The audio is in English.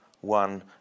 one